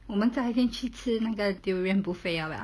我们在黑区吃那个 durian buffet 要不要